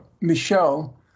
Michelle